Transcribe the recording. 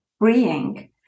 freeing